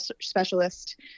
specialist